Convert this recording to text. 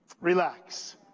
relax